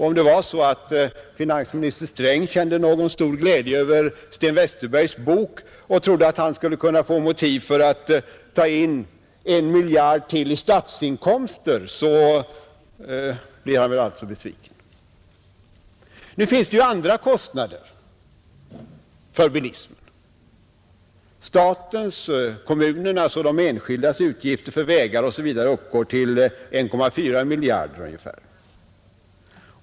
Om det var så att finansminister Sträng kände stor glädje över Sten Westerbergs bok och trodde att han skulle kunna få motiv för att ta in ytterligare 1 miljard kronor i statsinkomster, blev han alltså besviken, Nu finns det andra kostnader för bilismen. Statens, kommunernas och de enskildas utgifter för vägar osv. uppgår till ungefär 1,4 miljarder kronor.